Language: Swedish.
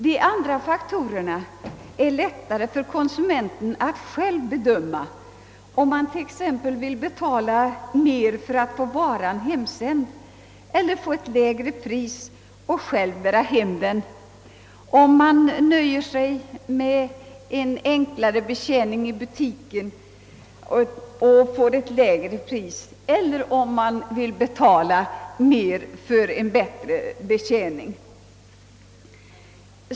De andra faktorerna är lättare för konsumenten att själv bedöma, om han t.ex. vill betala mer för att få varan hemsänd eller om han vill få ett lägre pris och själv bära hem den, och likaså om han vill nöja sig med en enklare betjäning i butiken och få ett lägre pris eller om han vill betala mer för en bättre betjäning.